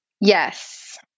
Yes